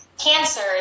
cancer